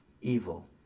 evil